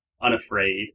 unafraid